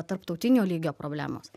tarptautinio lygio problemos